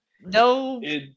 no